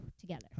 together